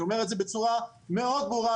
אני אומר את זה בצורה מאוד ברורה,